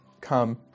come